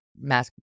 mask